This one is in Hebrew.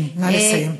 כן, נא לסיים.